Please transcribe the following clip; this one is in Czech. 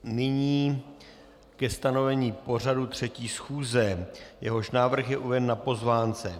Nyní tedy ke stanovení pořadu třetí schůze, jehož návrh je uveden na pozvánce.